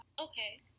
Okay